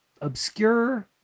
obscure